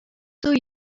туй